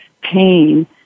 pain